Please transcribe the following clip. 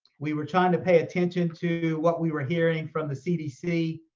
we were trying to pay attention to what we were hearing from the cdc.